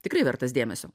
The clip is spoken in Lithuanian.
tikrai vertas dėmesio